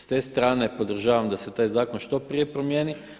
S te strane podržavam da se taj zakon što prije promijeni.